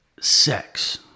sex